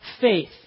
faith